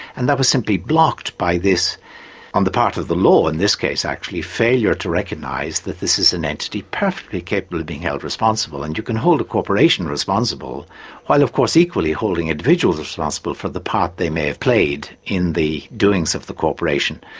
and that was simply blocked by this on the part of the law, in this case actually failure to recognise that this is an entity perfectly capable of being held responsible, and you can hold a corporation responsible while of course equally holding individuals as responsible for the part they may have played in the doings of the corporation.